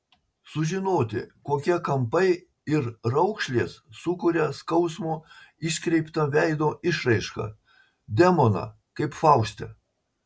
sužinoti kokie kampai ir raukšlės sukuria skausmo iškreiptą veido išraišką demoną kaip fauste